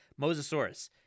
Mosasaurus